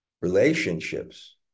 relationships